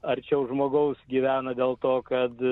arčiau žmogaus gyvena dėl to kad